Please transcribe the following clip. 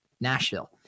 Nashville